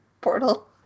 portal